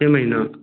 छः महीना